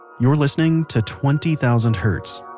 you're listening to twenty thousand hertz.